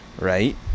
right